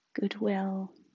goodwill